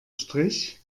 strich